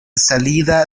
salida